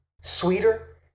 sweeter